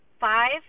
five